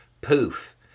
Poof